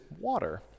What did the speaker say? water